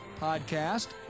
podcast